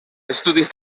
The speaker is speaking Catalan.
estudis